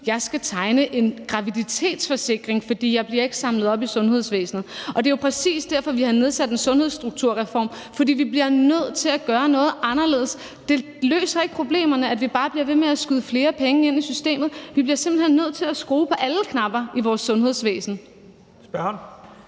jeg skal tegne en graviditetsforsikring, for jeg bliver ikke samlet op i sundhedsvæsenet. Og det er jo præcis derfor, vi har nedsat en Sundhedsstrukturkommission. For vi bliver nødt til at gøre noget anderledes. Det løser ikke problemerne, at vi bare bliver ved med at skyde flere penge ind i systemet. Vi bliver simpelt hen nødt til at skrue på alle knapper i vores sundhedsvæsen.